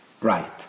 right